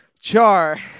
Char